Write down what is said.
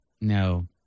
No